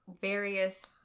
various